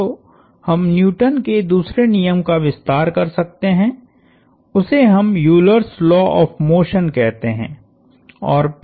तो हम न्यूटन के दूसरे नियम का विस्तार कर सकते हैं उसे हम Euler's law of motion Eulers Laws of Motion कहते है